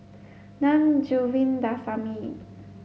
Na Govindasamy